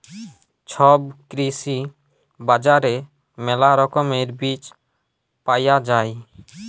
ছব কৃষি বাজারে মেলা রকমের বীজ পায়া যাই